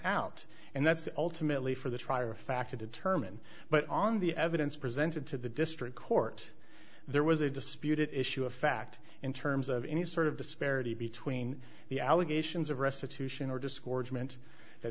out and that's ultimately for the trier of fact to determine but on the evidence presented to the district court there was a disputed issue of fact in terms of any sort of disparity between the allegations of restitution or discords meant th